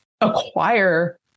acquire